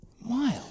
wild